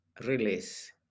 release